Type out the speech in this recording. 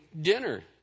dinner